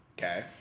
Okay